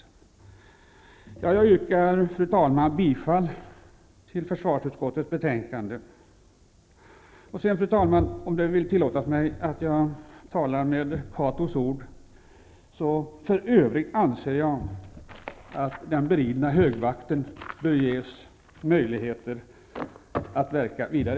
Fru talman! Jag yrkar bifall till hemställan i försvarsutskottets betänkande. Fru talman! Låt mig tala med Catos ord: För övrigt anser jag att beridna högvakten bör ges möjligheter att verka vidare.